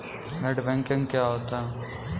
Net banking क्या होता है?